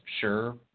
sure